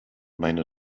meine